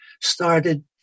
started